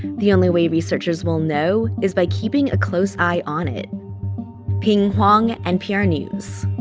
the only way researchers will know is by keeping a close eye on it pien huang, npr news